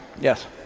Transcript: Yes